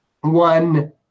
One